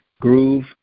groove